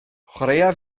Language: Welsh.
chwaraea